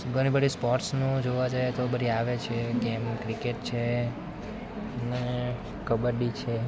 ઘણીબધી સ્પોર્ટ્સનું જોવા જાઈએ તો બધી આવે છે ગેમ ક્રિકેટ છે ને કબડ્ડી છે